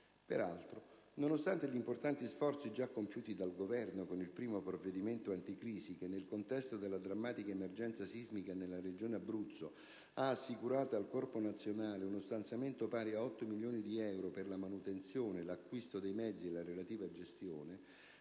Peraltro, nonostante gli importanti sforzi già compiuti dal Governo con il primo provvedimento anticrisi, che nel contesto della drammatica emergenza sismica nella Regione Abruzzo ha assicurato al Corpo nazionale uno stanziamento pari a otto milioni di euro per la manutenzione, l'acquisto dei mezzi e la relativa gestione,